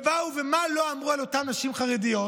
באו, ומה לא אמרו על אותן נשים חרדיות?